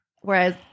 Whereas